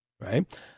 right